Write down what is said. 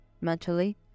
mentally